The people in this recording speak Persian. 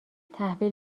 تحویل